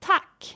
Tack